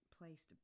placed